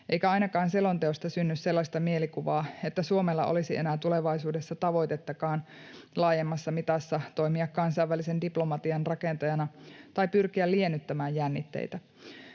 eikä ainakaan selonteosta synny sellaista mielikuvaa, että Suomella olisi enää tulevaisuudessa tavoitettakaan laajemmassa mitassa toimia kansainvälisen diplomatian rakentajana tai pyrkiä liennyttämään jännitteitä.